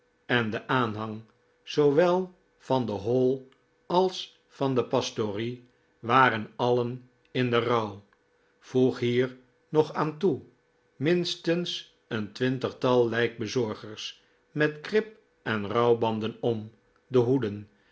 en de aanhang zoowel van de hall als van depastorie waren alien in den rouw voeg hier nog aan toe minstens een twintigtal lijkbezorgers met krip en rouwbanden om de hoeden